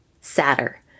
sadder